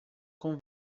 com